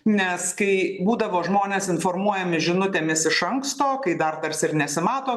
nes kai būdavo žmonės informuojami žinutėmis iš anksto kai dar tarsi ir nesimato